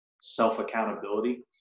self-accountability